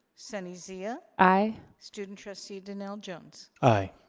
sunny zia? aye. student trustee donnell jones. aye.